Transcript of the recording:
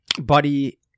buddy